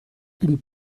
une